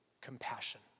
compassion